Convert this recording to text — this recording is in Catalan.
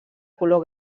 color